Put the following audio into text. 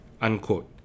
unquote